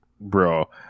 bro